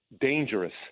dangerous